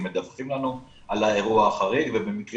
הם מדווחים לנו על האירוע החריג ובמקרים